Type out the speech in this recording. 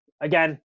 Again